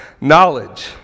knowledge